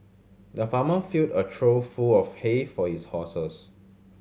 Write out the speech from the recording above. the farmer filled a trough full of hay for his horses